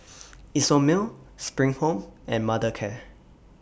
Isomil SPRING Home and Mothercare